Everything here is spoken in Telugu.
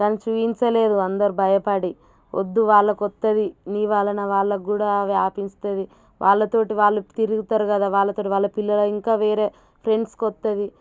కానీ చూపించలేదు అందరూ భయపడి వద్దు వాళ్ళకి వస్తుంది నీ వలన వాళ్ళకి కూడా వ్యాపిస్తుంది వాళ్ళతో వాళ్ళు తిరుగుతారు కదా వాళ్ళతో వాళ్ళ పిల్లలు ఇంకా వేరే ఫ్రెండ్స్కి వస్తుంది